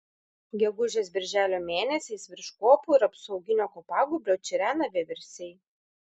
gegužės birželio mėnesiais virš kopų ir apsauginio kopagūbrio čirena vieversiai